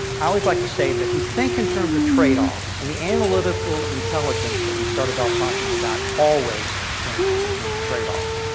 always like to say that if you think in terms of trade-offs and the analytical intelligence that we started off talking about, always thinks in terms of trade-offs